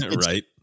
right